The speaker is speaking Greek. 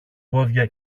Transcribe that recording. πόδια